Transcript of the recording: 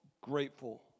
grateful